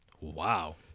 Wow